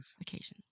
occasions